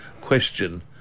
question